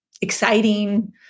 exciting